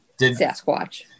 Sasquatch